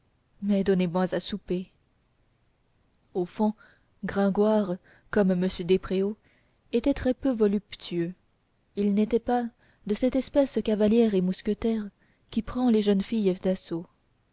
mais donnez-moi à souper au fond gringoire comme m despréaux était très peu voluptueux il n'était pas de cette espèce chevalière et mousquetaire qui prend les jeunes filles d'assaut